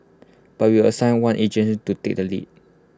but we will assign one agent to take the lead